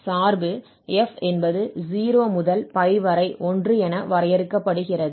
சார்பு f என்பது 0 முதல் π வரை 1 என வரையறுக்கப்படுகிறது